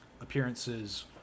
appearances